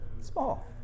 Small